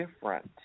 different